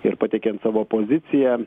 ir pateikiant savo poziciją